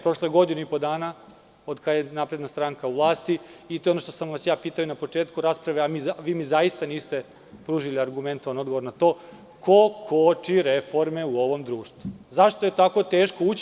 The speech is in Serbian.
Prošlo je godinu i po dana od kada je SNS u vlasti i to je ono što sam vas i pitao na početku rasprave a vi mi zaista niste pružili argumentovan odgovor na to ko koči reforme u ovom društvu, zašto je tako teško ući.